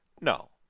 no